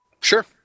Sure